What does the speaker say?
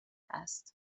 است